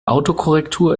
autokorrektur